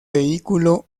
vehículo